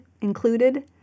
included